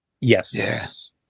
Yes